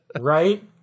right